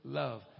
love